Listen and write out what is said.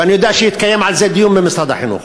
ואני יודע שהתקיים על זה דיון במשרד החינוך,